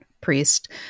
priest